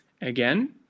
Again